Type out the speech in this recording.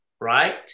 right